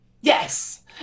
Yes